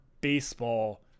baseball